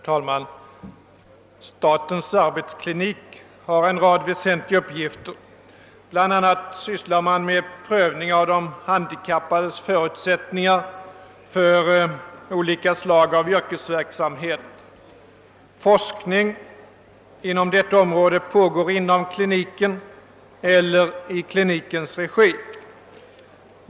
Herr talman! Statens arbetsklinik har en rad väsentliga uppgifter. Bl.a. sysslar den med prövning av de handikappades förutsättningar för olika slag av yrkesverksamhet. Forskning på detta område pågår inom kliniken eller i klinikens regi.